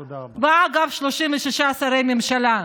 אגב, 36 שרי ממשלה,